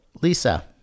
Lisa